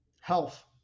Health